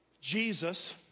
Jesus